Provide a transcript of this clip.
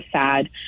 sad